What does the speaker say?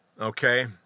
okay